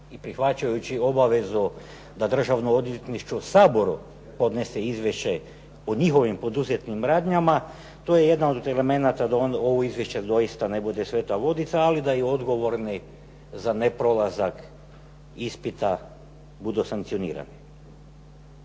prihvaćajući obvezu da državno odvjetništvo Saboru podnese izvješće o njihovim poduzetim radnjama. To je jedan od elemenata da ovo izvješće doista ne bude sveta vodica, ali da i odgovorni za neprolazak ispita budu sankcionirani.